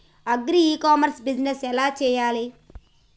Agri e commerce business ఎలా చెయ్యాలి?